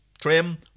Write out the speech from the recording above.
Trim